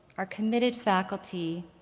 our committed faculty,